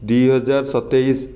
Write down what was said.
ଦୁଇ ହଜାର ସତେଇଶ